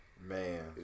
Man